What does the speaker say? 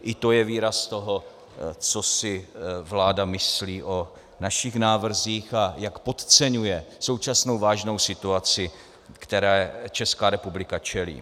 I to je výraz toho, co si vláda myslí o našich návrzích a jak podceňuje současnou vážnou situaci, které Česká republika čelí.